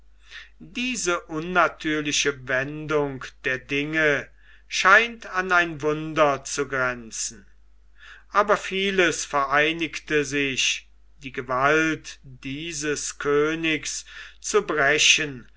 diese unnatürliche wendung der dinge scheint an ein wunder zu grenzen aber vieles vereinigte sich die gewalt dieses königs zu brechen